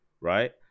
right